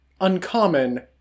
uncommon